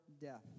death